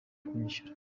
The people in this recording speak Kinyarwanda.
kunyishyura